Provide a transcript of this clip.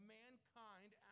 mankind